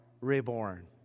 reborn